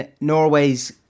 Norway's